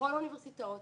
ובכל האוניברסיטאות